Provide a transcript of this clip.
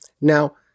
Now